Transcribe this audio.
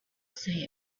say